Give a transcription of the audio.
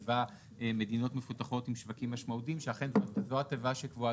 מדינות מפותחות עם שווקים משמעותיים שאכן זו התיבה שקבועה